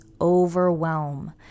overwhelm